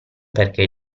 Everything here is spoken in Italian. perché